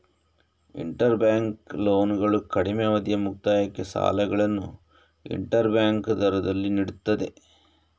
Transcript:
inter bank ಲೋನ್ಗಳು ಕಡಿಮೆ ಅವಧಿಯ ಮುಕ್ತಾಯಕ್ಕೆ ಸಾಲಗಳನ್ನು ಇಂಟರ್ ಬ್ಯಾಂಕ್ ದರದಲ್ಲಿ ನೀಡುತ್ತದೆ